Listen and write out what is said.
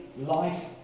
life